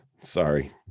sorry